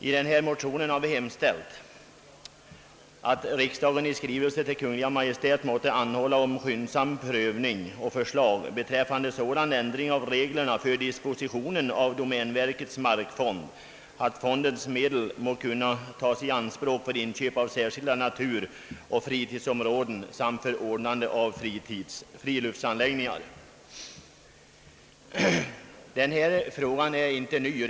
I dessa motioner har vi hemställt att »riksdagen i skrivelse till Kungl. Maj:t måtte anhålla om skyndsam prövning och förslag beträffande sådan ändring av reglerna för dispositionen av domänverkets markfond, att fondens medel må kunna tas i anspråk för inköp av särskilda naturoch fritidsområden samt för ordnande av friluftsanläggningar». Motionerna har följts upp i reservationen 4 a.